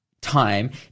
time